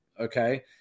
Okay